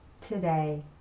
today